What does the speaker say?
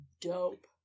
dope